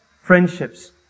friendships